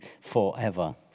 forever